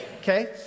Okay